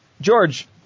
George